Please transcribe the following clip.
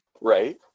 Right